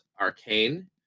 Arcane